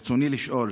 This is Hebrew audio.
ברצוני לשאול: